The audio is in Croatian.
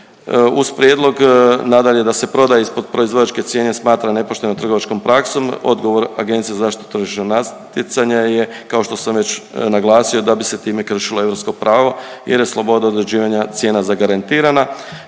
Uz prijedlog nadalje da se prodaje ispod proizvođače cijene smatra nepoštenom trgovačkom praksom, odgovor Agencije za zaštitu tržišnog natjecanja je kao što sam već naglasio da bi se time kršilo europsko pravo jer je sloboda određivanja cijena zagarantirana